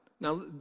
Now